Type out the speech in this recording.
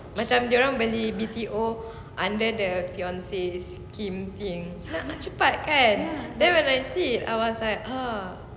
macam dia orang beli B_T_O under the fiancee skim thing cepat kan then when I see it I was like ah